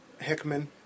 Hickman